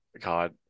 God